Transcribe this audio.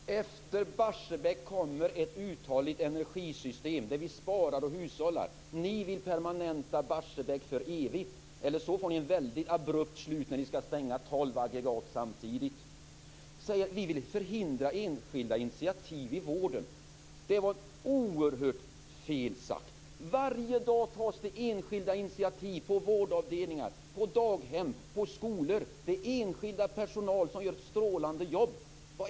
Fru talman! Efter Barsebäck kommer ett uthålligt energisystem, där vi sparar och hushållar. Ni vill permanenta Barsebäck för evigt. Alternativt får ni ett väldigt abrupt slut när ni skall stänga tolv aggregat samtidigt. Här sägs att vi vill förhindra enskilda initiativ i vården. Det var oerhört felaktigt sagt. Varje dag tas det enskilda initiativ på vårdavdelningar, i daghem och i skolor, där enskilda anställda gör ett strålande jobb.